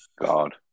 God